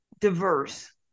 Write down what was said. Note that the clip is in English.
diverse